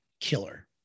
killer